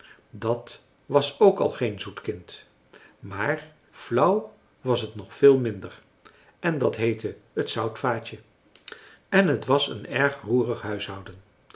dat was ook al geen zoet kind maar flauw was het nog veel minder en dat heette het zoutvaatje en het was een erg roerig huishouden